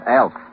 elf